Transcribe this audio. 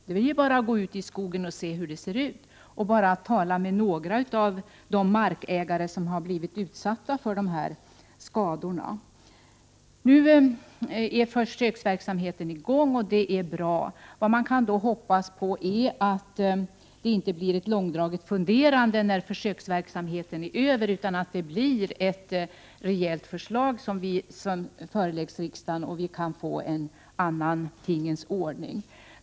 Det är bara att gå ut i skogen och se hur det ser ut eller tala med några av de markägare som har blivit utsatta för sådana skador. Nu är försöksverksamheten i gång, och det är bra. Vad man kan hoppas på är att det inte blir ett långdraget funderande när försöksverksamheten är över, utan att ett rejält förslag föreläggs riksdagen så att vi kan få en annan tingens ordning.